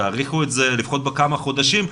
תאריכו את זה בכמה חודשים,